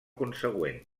consegüent